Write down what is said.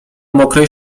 mokrej